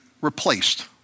replaced